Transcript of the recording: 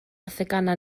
theganau